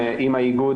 האיגוד